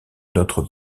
notre